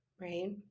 Right